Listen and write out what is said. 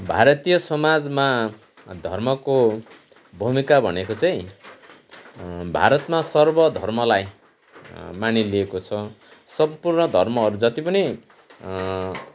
भारतीय समाजमा धर्मको भूमिका भनेको चाहिँ भारतमा सर्वधर्मलाई मानिलिएको छ सम्पूर्ण धर्महरू जति पनि